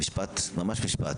ממש משפט.